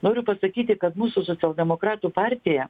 noriu pasakyti kad mūsų socialdemokratų partija